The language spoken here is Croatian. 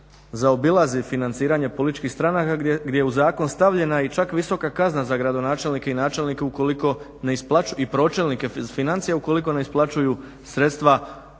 zaobilazi financiranje političkih stranaka gdje je u zakon stavljena i čak visoka kazna za gradonačelnike i načelnike ukoliko i pročelnike financija ukoliko ne isplaćuju sredstva